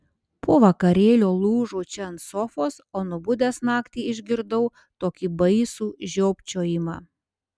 po vakarėlio lūžau čia ant sofos o nubudęs naktį išgirdau tokį baisų žiopčiojimą